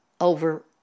over